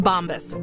Bombas